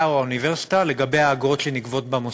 או האוניברסיטה לגבי האגרות שנגבות במוסד.